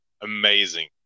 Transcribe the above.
Amazing